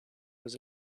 was